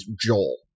joel